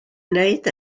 wneud